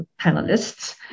panelists